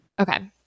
Okay